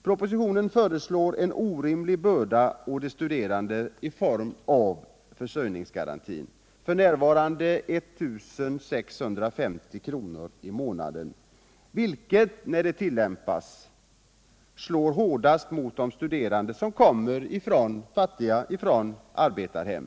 Propositionen föreslår en orimlig börda för de studerande i form av försörjningsgarantin, f. n. 1650 kr. i månaden, som när den tillämpas slår hårdast mot dem som kommer från fattiga hem, arbetarhem.